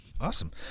Awesome